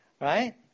right